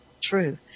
true